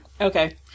okay